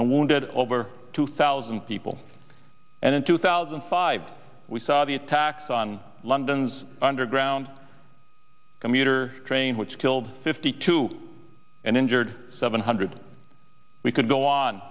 and wounded over two thousand people and in two thousand and five we saw the attacks on london's underground commuter train which killed fifty two and injured seven hundred we could go on